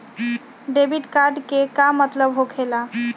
Debit card के का मतलब होकेला?